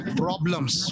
problems